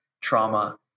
trauma